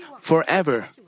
forever